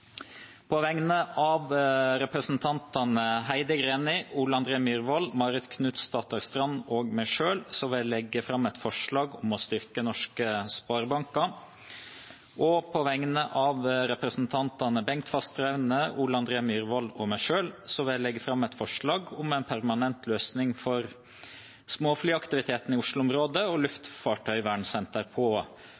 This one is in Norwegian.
På vegne av representantene Heidi Greni, Ole André Myhrvold, Marit Knutsdatter Strand og meg selv vil jeg legge fram et forslag om å styrke norske sparebanker. Og på vegne av representantene Bengt Fasteraune, Ole André Myhrvold og meg selv vil jeg legge fram et forslag om en permanent løsning for småflyaktiviteten i Oslo-området og